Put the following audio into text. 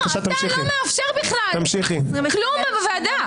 לא, אתה לא מאפשר כלום בוועדה.